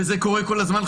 וזה קורה כל הזמן,